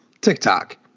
TikTok